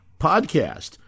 podcast